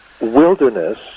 wilderness